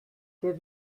der